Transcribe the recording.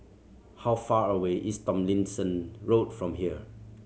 how far away is Tomlinson Road from here